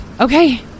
Okay